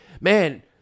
Man